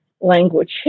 language